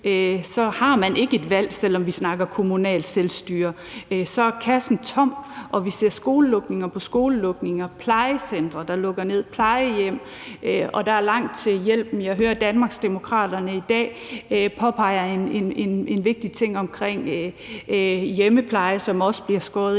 nu, har man ikke et valg, selv om vi snakker kommunalt selvstyre. Kassen er tom, og vi ser skolelukning på skolelukning, plejecentre, der lukker ned, plejehjem, der gør det, og der er langt til hjælpen. Jeg hører, at Danmarksdemokraterne i dag påpeger en vigtig ting om hjemmeplejen, som der også bliver skåret